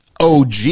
OG